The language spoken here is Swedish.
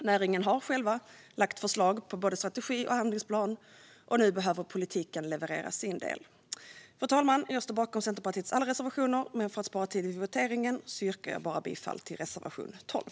Näringen har själv lagt fram förslag på både strategi och handlingsplan, och nu behöver politiken leverera sin del. Fru talman! Jag står bakom Centerpartiets alla reservationer, men för att spara tid vid voteringen yrkar jag bifall bara till reservation 12.